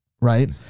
Right